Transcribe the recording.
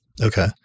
Okay